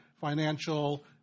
financial